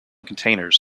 containers